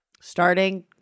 starting